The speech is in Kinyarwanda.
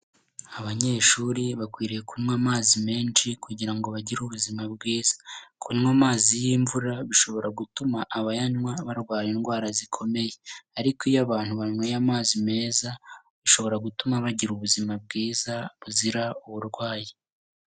Abanyeshuri bakwiriye kunywa amazi menshi kugira ngo bagire ubuzima bwiza, kunywa amazi y'imvura bishobora gutuma abayanywa barwara indwara zikomeye, ariko iyo abantu banyweye amazi meza, bishobora gutuma bagira ubuzima bwiza buzira uburwayi.